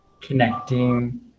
connecting